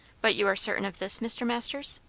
but you are certain of this, mr. masters?